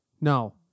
No